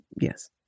Yes